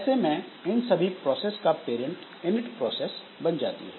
ऐसे में इन सभी प्रोसेस का पेरेंट इनिट प्रोसेस बन जाती है